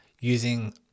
using